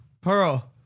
Pearl